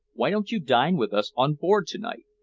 why don't you dine with us on board to-night?